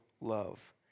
love